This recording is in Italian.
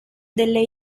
delle